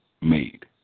made